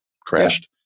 crashed